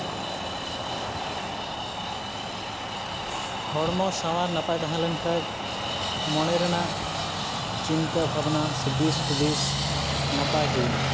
ᱦᱚᱲᱢᱚ ᱥᱟᱶᱟᱨ ᱱᱟᱯᱟᱭ ᱛᱟᱦᱮᱞᱮᱱ ᱠᱷᱟᱡ ᱢᱚᱱᱮ ᱨᱮᱱᱟᱜ ᱪᱤᱱᱛᱟᱹ ᱵᱷᱟᱵᱱᱟ ᱥᱮ ᱫᱤᱥ ᱦᱩᱫᱤᱥ ᱱᱟᱯᱟᱭ ᱦᱩᱭᱩᱜᱼᱟ